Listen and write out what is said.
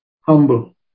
Humble